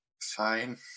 Fine